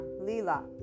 Lila